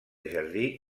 jardí